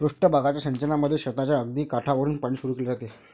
पृष्ठ भागाच्या सिंचनामध्ये शेताच्या अगदी काठावरुन पाणी सुरू केले जाते